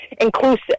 inclusive